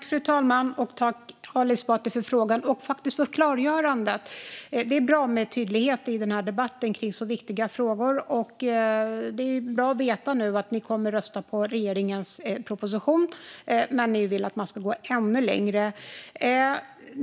Fru talman! Tack, Ali Esbati, för frågan och för klargörandet! Det är bra med tydlighet i denna debatt kring viktiga frågor. Det är bra att veta att ni kommer att rösta för regeringens proposition, men ni vill att man ska gå ännu längre.